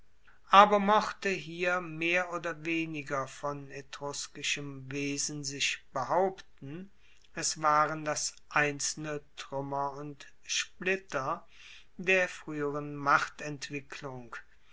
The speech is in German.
aber mochte hier mehr oder weniger von etruskischem wesen sich behaupten es waren das einzelne truemmer und splitter der frueheren machtentwicklung